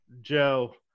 joe